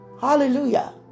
Hallelujah